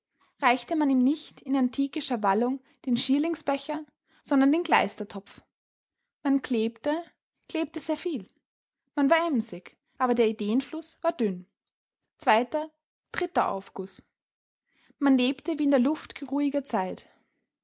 reichte man ihm nicht in antikischer wallung den schierlingsbecher sondern den kleistertopf man klebte klebte sehr viel man war emsig aber der ideenfluß war dünn zweiter dritter aufguß man lebte wie in der luft geruhiger zeit